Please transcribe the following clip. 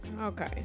Okay